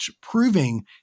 proving